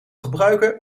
gebruiken